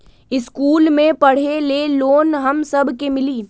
इश्कुल मे पढे ले लोन हम सब के मिली?